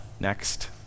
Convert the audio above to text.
next